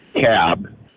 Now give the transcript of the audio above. cab